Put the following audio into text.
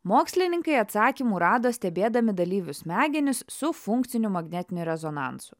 mokslininkai atsakymų rado stebėdami dalyvių smegenis su funkciniu magnetiniu rezonansu